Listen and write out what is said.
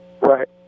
Right